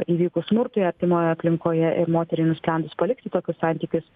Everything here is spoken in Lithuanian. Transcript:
įvykus smurtui artimoje aplinkoje ir moteriai nusprendus palikti tokius santykius